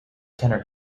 tenor